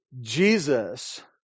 Jesus